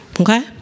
okay